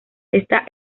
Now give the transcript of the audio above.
ésta